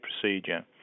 procedure